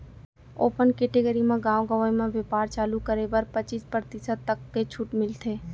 open category म गाँव गंवई म बेपार चालू करे बर पचीस परतिसत तक के छूट मिलथे